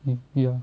mm ya